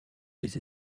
les